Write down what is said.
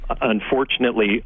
Unfortunately